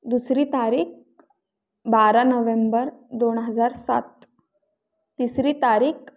दुसरी तारीख बारा नव्हेंबर दोन हजार सात तिसरी तारीख